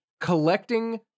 collecting